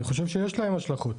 כמובן שישנן השלכות,